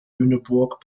lüneburg